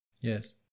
Yes